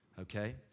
Okay